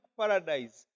paradise